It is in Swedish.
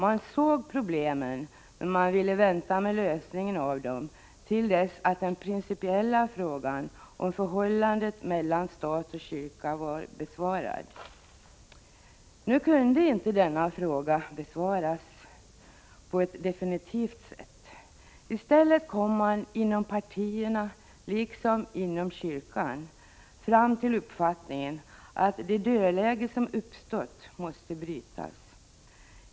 Man såg problemen men ville vänta med lösningen av dem till dess att den principiella frågan om förhållandet mellan stat och kyrka var besvarad. Nu kunde inte denna fråga besvaras på ett definitivt sätt. I stället kom man inom partierna liksom inom kyrkan fram till uppfattningen att det dödläge som uppstått måste brytas.